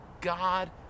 God